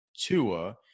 Tua